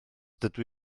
dydw